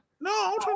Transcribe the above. No